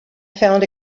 found